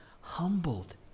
humbled